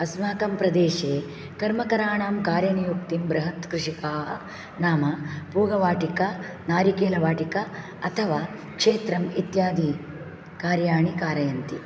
अस्माकं प्रदेशे कर्मकाराणां कार्यनियुक्तिं बृहत्कृषिकाः नाम पूगवाटिका नारिकेलवाटिका अथवा क्षेत्रम् इत्यादि कार्याणि कारयन्ति